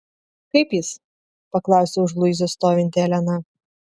kaip jis paklausė už luizos stovinti elena